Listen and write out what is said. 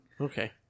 Okay